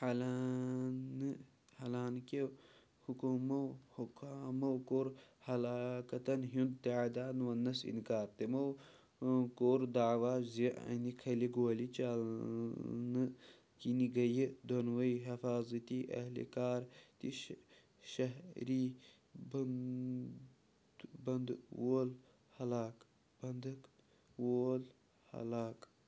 حلانہٕ حلانکہِ حکوٗمو حُکامو کوٚر ہلاکَتن ہُنٛد تعداد وننَس اِنکار تِمو کوٚر دعویٰ زِ أنۍ کھٔلی گولہِ چلنہٕ کِن گٔیہِ دۄنوٕے حفاظتی اہلہِ کار تہِ شہری بنٛدٕ وول ہلاک بدٕک وول ہلاک